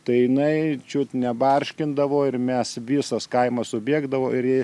tai jinai čiut ne barškindavo ir mes visas kaimo subėgdavo ir ji